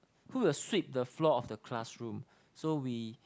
who will sweep the floor of the classroom so we